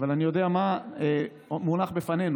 אבל אני יודע מה מונח בפנינו.